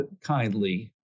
Kindly